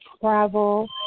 travel